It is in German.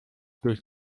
durch